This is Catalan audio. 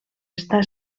està